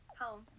Home